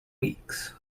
weeks